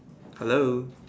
hello